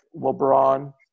lebron